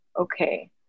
okay